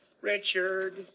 Richard